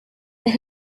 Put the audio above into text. that